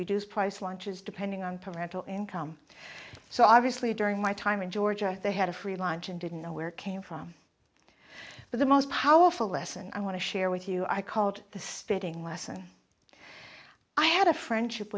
reduced price lunch is depending on parental income so obviously during my time in georgia they had a free lunch and didn't know where it came from but the most powerful lesson i want to share with you i called the stedding lesson i had a friendship